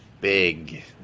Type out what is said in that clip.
big